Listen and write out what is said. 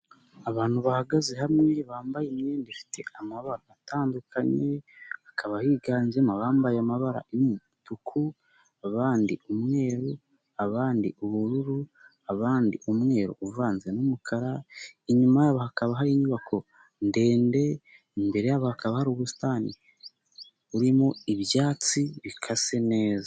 Abantu bahagaze hamwe bambaye imyenda ifite amabara atandukanye. Akaba higanjemo: abambaye amabara y'umutuku abandi umweru abandi ubururu abandi umweru uvanze n'umukara. Inyuma hakaba hari inyubako ndende. Imbere hakaba hari ubusitani burimo ibyatsi bikase neza.